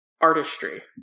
artistry